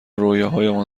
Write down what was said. رویاهایمان